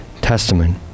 Testament